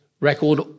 record